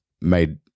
made